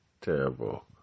Terrible